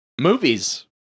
movies